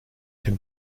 can